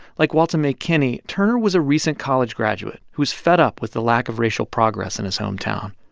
like walta mae kennie, turner was a recent college graduate who was fed up with the lack of racial progress in his hometown.